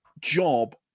job